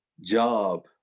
job